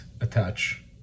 attach